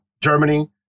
Germany